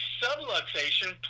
subluxation